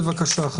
בבקשה גברתי,